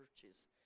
churches